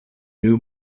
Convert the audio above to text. new